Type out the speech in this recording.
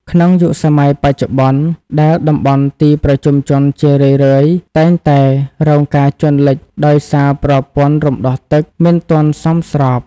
ក្នុងយុគសម័យបច្ចុប្បន្ន ដែលតំបន់ទីប្រជុំជនជារឿយៗតែងតែរងការជន់លិចដោយសារប្រព័ន្ធរំដោះទឹកមិនទាន់សមស្រប។